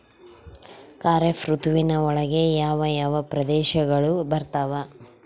ಖಾರೇಫ್ ಋತುವಿನ ಒಳಗೆ ಯಾವ ಯಾವ ಪ್ರದೇಶಗಳು ಬರ್ತಾವ?